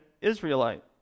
Israelite